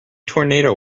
tornado